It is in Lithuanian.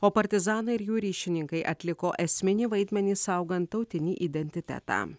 o partizanai ir jų ryšininkai atliko esminį vaidmenį saugant tautinį identitetą